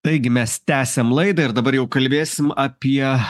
taigi mes tęsiam laidą ir dabar jau kalbėsim apie